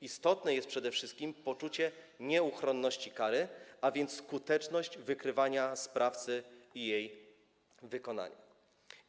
Istotne jest przede wszystkim poczucie nieuchronności kary, a więc skuteczność wykrywania sprawcy i wykonania kary.